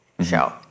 show